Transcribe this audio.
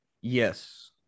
yes